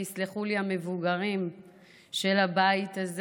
ויסלחו לי המבוגרים של הבית הזה.